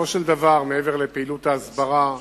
בסופו של דבר, מעבר לפעילות ההסברה,